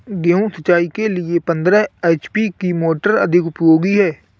गेहूँ सिंचाई के लिए पंद्रह एच.पी की मोटर अधिक उपयोगी है?